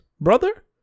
brother